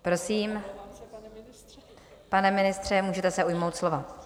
Prosím, pane ministře, můžete se ujmout slova.